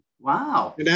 wow